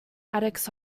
attic